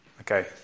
Okay